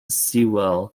sewell